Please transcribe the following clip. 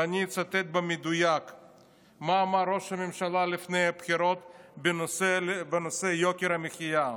ואני אצטט במדויק מה אמר ראש הממשלה לפני הבחירות בנושא יוקר המחיה.